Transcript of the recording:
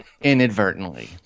inadvertently